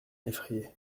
effrayé